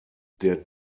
der